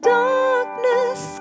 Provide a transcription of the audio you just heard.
darkness